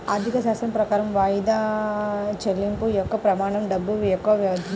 ఆర్థికశాస్త్రం ప్రకారం వాయిదా చెల్లింపు యొక్క ప్రమాణం డబ్బు యొక్క విధి